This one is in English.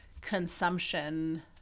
consumption